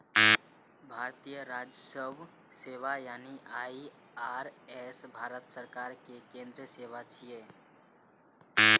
भारतीय राजस्व सेवा यानी आई.आर.एस भारत सरकार के केंद्रीय सेवा छियै